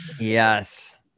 Yes